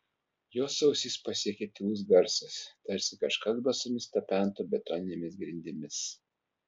jos ausis pasiekė tylus garsas tarsi kažkas basomis tapentų betoninėmis grindimis